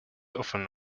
often